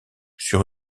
sur